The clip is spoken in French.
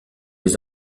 les